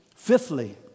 Fifthly